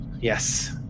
Yes